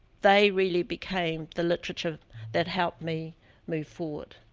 they really became the literature that helped me move forward.